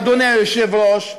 אדוני היושב-ראש,